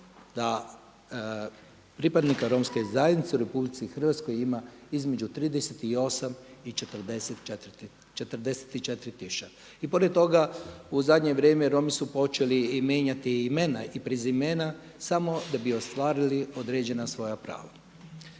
da pripadnika Romske zajednice u RH ima između 38 i 44 tisuće. I pored toga u zadnje vrijeme Romi su počeli i mijenjati imena i prezimena samo da bi ostvarili određena svoja prava.